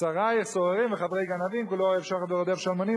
שרייך סוררים וחברי גנבים כולו אוהב שוחד ורודף שלמונים.